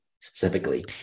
specifically